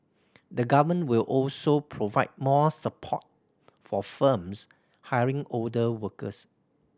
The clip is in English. the Government will also provide more support for firms hiring older workers